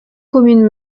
commune